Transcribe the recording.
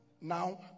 Now